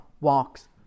walks